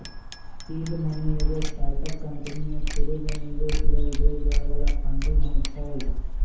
seed money एगो startup company में शुरुमे निवेश लेल देल जाय बला फंडिंग होइ छइ